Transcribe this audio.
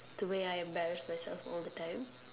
the way I embarrass myself all the time